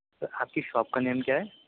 سر آپ کی شاپ کا نیم کیا ہے